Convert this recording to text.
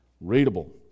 readable